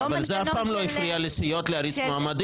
אבל זה אף פעם לא הפריע לסיעות להריץ מועמדים.